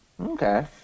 Okay